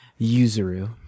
Yuzuru